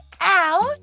out